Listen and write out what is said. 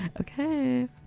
okay